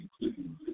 including